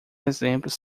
exemplos